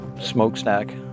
smokestack